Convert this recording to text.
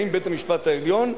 האם בית-המשפט העליון?